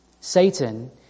Satan